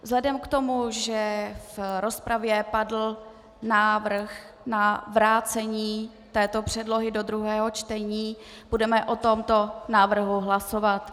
Vzhledem k tomu, že v rozpravě padl návrh na vrácení této předlohy do druhého čtení, budeme o tomto návrhu hlasovat.